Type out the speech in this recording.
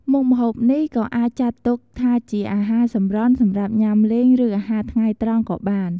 មុខម្ហូបនេះក៏អាចចាត់ទុកថាជាអាហារសម្រន់សម្រាប់ញាំលេង ឬអាហារថ្ងៃត្រង់ក៏បាន។